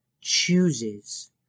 chooses